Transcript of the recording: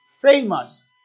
famous